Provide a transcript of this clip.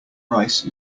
rice